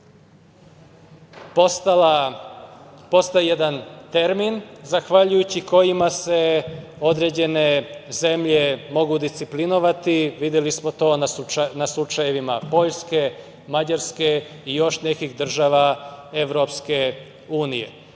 postala jedan termin zahvaljujući kojim se određene zemlje mogu disciplinovati. Videli smo to na slučajevima Poljske, Mađarske i još nekih država EU. Tako da,